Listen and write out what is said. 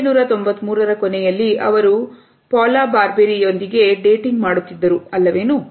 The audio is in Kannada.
1993 ರ ಕೊನೆಯಲ್ಲಿ ಅವರು ಪಾಲಾ ಬರ್ಬೇರಿ ಯೊಂದಿಗೆ ಡೇಟಿಂಗ್ ಮಾಡುತ್ತಿದ್ದರು ಅಲ್ಲವೇನು